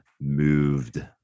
moved